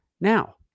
Now